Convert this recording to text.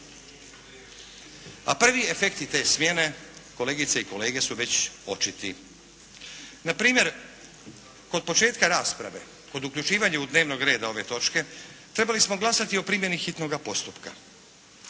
A prvi efekti te smjene kolegice i kolege su već očiti. Na primjer, kod početka rasprave, kod uključivanja u dnevni red ove točke trebali smo glasati o primjeni hitnoga postupka.